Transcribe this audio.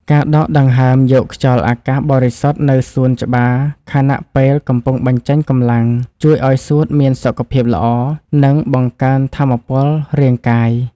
ការដកដង្ហើមយកខ្យល់អាកាសបរិសុទ្ធនៅសួនច្បារខណៈពេលកំពុងបញ្ចេញកម្លាំងជួយឱ្យសួតមានសុខភាពល្អ និងបង្កើនថាមពលរាងកាយ។